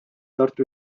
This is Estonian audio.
tartu